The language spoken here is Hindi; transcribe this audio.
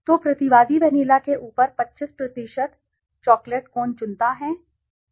तो प्रतिवादी वेनिला के ऊपर 25 प्रतिशत चॉकलेट कोन चुनता है